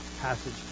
passage